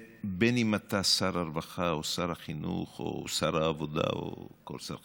בין אם אתה שר הרווחה או שר החינוך או שר העבודה או כל שר אחר,